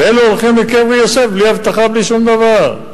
ואלה הולכים לקבר יוסף בלי אבטחה, בלי שום דבר.